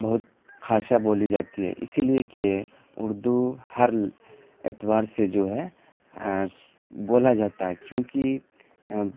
بہت خاصا بولی جاتی ہے اسی لیے کہ اردو ہر اعتبار سے جو ہے بولا جاتا ہے چونکہ